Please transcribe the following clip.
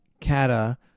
Kata